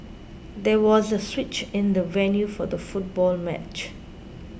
there was a switch in the venue for the football match